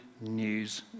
news